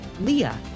leah